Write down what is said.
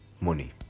Money